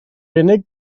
unig